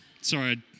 sorry